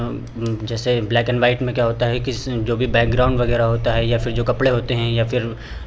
जैसे black and white में क्या होता है कि जिसे जो भी बैकग्राउन्ड वगैरह होता है या फिर जो कपड़े होते हैं या फिर